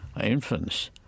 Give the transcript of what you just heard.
infants